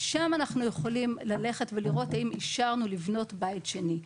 שם אנחנו יכולים ללכת ולראות האם אישרנו לבנות בית שני.